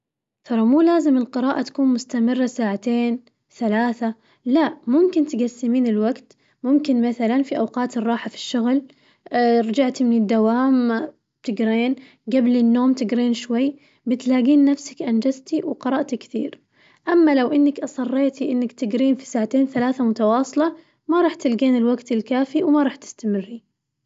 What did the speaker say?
ترى مو لازم القراءة تكون مستمرة ساعتين ثلاثة لا ممكن تقسمين الوقت، ممكن مثلاً في أوقات الراحة في الشغل رجعتي من الدوام تقرين قبل النوم تقرين شوي، بتلاقين نفسك أنجزتي وقرأتي كثير، أما لو إنك أصريتي إنك تقرين في ساعتين ثلاثة متواصلة ما راح تلقين الوقت الكافي وما راح تستمرين.